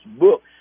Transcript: book